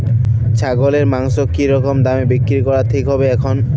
ছাগলের মাংস কী রকম দামে বিক্রি করা ঠিক হবে এখন?